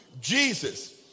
Jesus